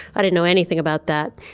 i didn't know anything about that,